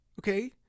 okay